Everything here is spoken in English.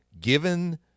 given